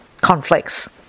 conflicts